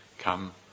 Come